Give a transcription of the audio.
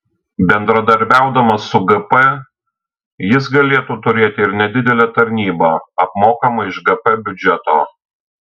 bendradarbiaudamas su gp jis galėtų turėti ir nedidelę tarnybą apmokamą iš gp biudžeto